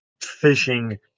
fishing